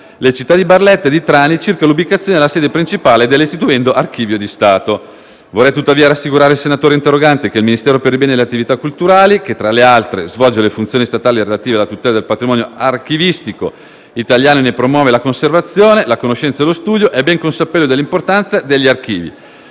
le città di Barletta e di Trani circa l'ubicazione della sede principale dell'istituendo Archivio di Stato. Vorrei tuttavia rassicurare il senatore interrogante che il Ministero per i beni e le attività culturali, che, tra le altre, svolge le funzioni statali relative alla tutela del patrimonio archivistico italiano e ne promuove la conservazione, la conoscenza e lo studio, è ben consapevole dell'importanza degli Archivi,